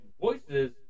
voices